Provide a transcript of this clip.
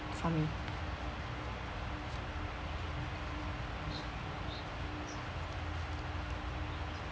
for me